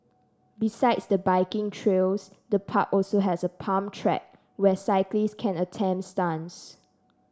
besides the biking trails the park also has a pump track where cyclists can attempt stunts